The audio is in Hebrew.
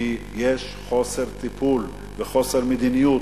כי יש חוסר טיפול וחוסר מדיניות,